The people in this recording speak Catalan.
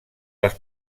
les